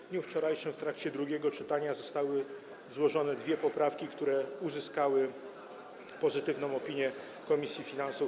W dniu wczorajszym w trakcie drugiego czytania zostały złożone dwie poprawki, które uzyskały pozytywną opinię komisji finansów.